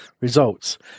results